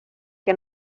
que